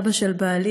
סבא של בעלי,